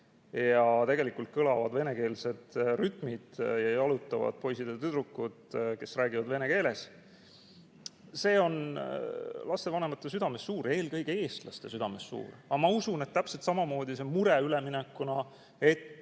klassi ja kõlavad venekeelsed rütmid ja jalutavad poisid ja tüdrukud, kes räägivad vene keeles, on lastevanemate südames suur, eelkõige eestlaste südames. Aga ma usun, et täpselt samamoodi see mure, et